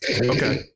okay